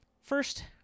first